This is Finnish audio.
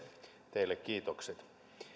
teille kiitokset